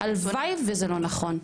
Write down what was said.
הלוואי וזה לא נכון.